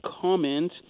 comment